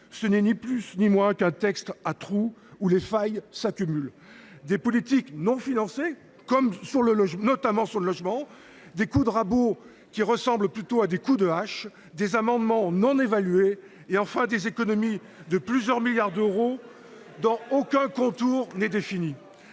ce n’est ni plus ni moins qu’un texte à trous où les failles s’accumulent ! Qu’y trouve t on ? Des politiques non financées, notamment en matière de logement ; des coups de rabot qui ressemblent plutôt à des coups de hache ; des amendements non évalués ; des économies de plusieurs milliards d’euros dont aucun contour n’est défini.